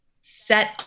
set